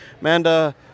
Amanda